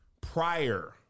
prior